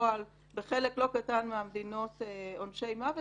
לפועל בחלק לא קטן מהמדינות עונשי מוות,